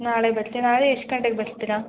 ನಾಳೆ ಬರ್ತಿ ನಾಳೆ ಎಷ್ಟು ಗಂಟೆಗೆ ಬರ್ತೀರಾ